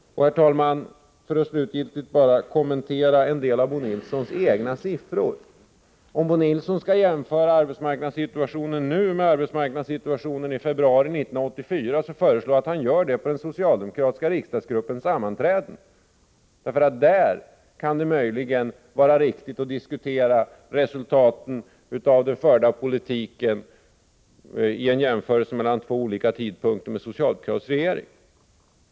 Herr talman! För att bara kommentera en del av Bo Nilssons egna siffror: Om Bo Nilsson skall jämföra arbetsmarknadssituationen nu med arbetsmarknadssituationen i februari 1984, så föreslår jag att han gör det på den socialdemokratiska riksdagsgruppens sammanträden. Där kan det möjligen vara riktigt att diskutera resultaten av den förda politiken i samband med en jämförelse mellan två olika tidpunkter med socialdemokratisk regering.